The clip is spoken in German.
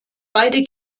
beide